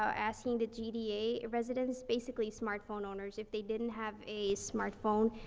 so asking the gta residents, basically smartphone owners, if they didn't have a smartphone,